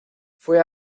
fue